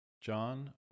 John